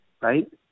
right